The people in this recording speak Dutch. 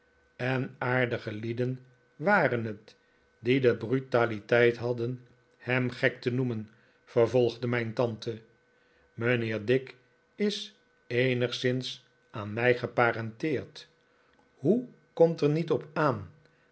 en aardige lieden waren het die de brutaliteit hadden hem gek te noemen vervolgde mijn tante mijnheer dick is eenigszins aan mij geparenteerd hoe komt er niet op aan